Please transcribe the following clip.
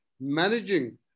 managing